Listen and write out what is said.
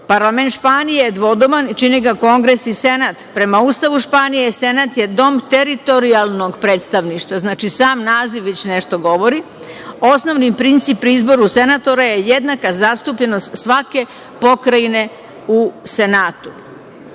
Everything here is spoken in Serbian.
Parlament Španije je dvodoman i čine ga kongres i senat. Prame Ustavu Španije senat je dom teritorijalnog predstavništva. Znači, sam naziv već nešto govori. Osnovni princip pri izboru senatora je jednaka zastupljenost svake pokrajine u senatu.